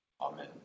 amen